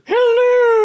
Hello